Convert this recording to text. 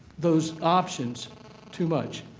those options too much.